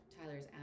Tyler's